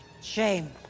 Shame